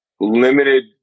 limited